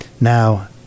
Now